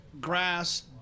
grass